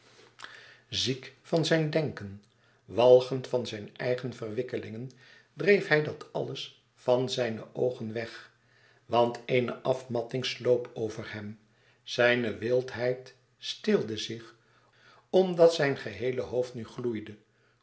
ziek van zijn denken walgend van zijne eigen verwikkelingen dreef hij dat alles van zijne oogen weg want eene afmatting sloop over hem zijne wildheid stilde zich omdat zijn geheele hoofd nu gloeide